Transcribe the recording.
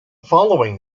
following